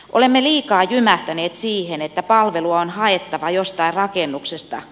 olemme liikaa jymähtäneet siihen että palvelu on haettava jostain rakennuksesta